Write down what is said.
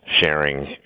sharing